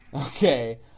Okay